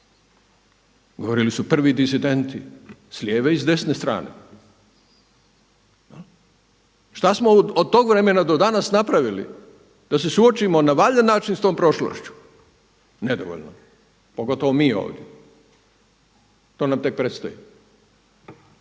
Govorili su prvi disidenti s lijeve i desne strane. Što smo od tog vremena do danas napravili da se suočimo na valjan način s tom prošlošću? Nedovoljno, pogotovo mi ovdje. To nam tek predstoji.